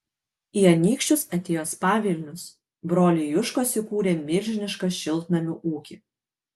į anykščius atėjo spa vilnius broliai juškos įkūrė milžinišką šiltnamių ūkį